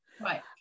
Right